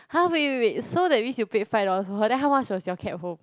[huh] wait wait wait so that means you paid five dollars for her then how much was your cab home